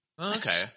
Okay